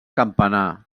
campanar